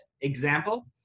Example